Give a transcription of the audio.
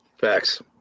Facts